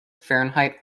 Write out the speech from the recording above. fahrenheit